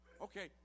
Okay